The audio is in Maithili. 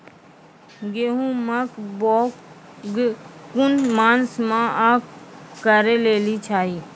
गेहूँमक बौग कून मांस मअ करै लेली चाही?